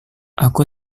aku